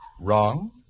Wrong